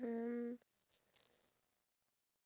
uh talking about compressing